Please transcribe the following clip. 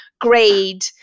grade